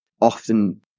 often